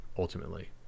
ultimately